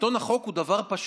שלטון החוק הוא דבר פשוט: